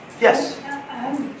Yes